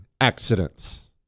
accidents